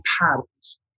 patterns